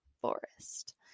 Forest